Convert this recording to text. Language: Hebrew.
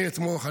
אני אתמוך,